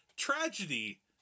Tragedy